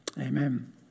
Amen